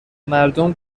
مردم